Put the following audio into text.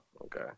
okay